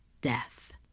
death